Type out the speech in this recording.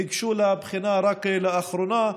וניגשו לבחינה רק לאחרונה,